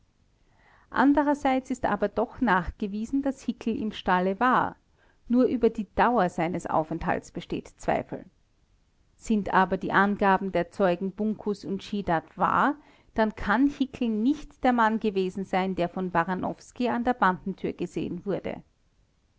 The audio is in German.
andererseits ist aber doch nachgewiesen daß hickel im stalle war nur über die dauer seines aufenthaltes besteht zweifel sind aber die angaben der zeugen bunkus und schiedat wahr dann kann hickel nicht der mann gewesen sein der von baranowski an der bandentür gesehen wurde